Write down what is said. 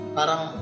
parang